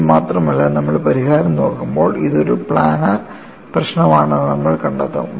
ഇത് മാത്രമല്ല നമ്മൾ പരിഹാരം നോക്കുമ്പോൾ ഇത് ഒരു പ്ലാനർ പ്രശ്നമാണെന്ന് നമ്മൾ കണ്ടെത്തും